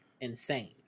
insane